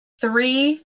Three